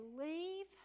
leave